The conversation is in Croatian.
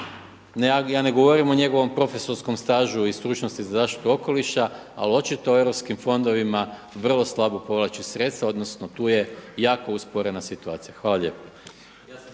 ja ne govorim o njegovom profesorskom stažu i stručnosti za zaštitu okoliša, ali očito u europskim fondovima vrlo slabo povlači sredstva odnosno tu je jako usporena situacija. Hvala lijepo.